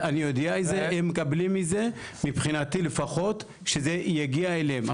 הם מקבלים את זה מבחינתי לפחות שזה יגיע אליהם.